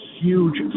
huge